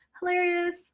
Hilarious